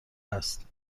است